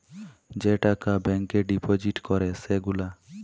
যে টাকা ব্যাংকে ডিপজিট ক্যরে সে গুলা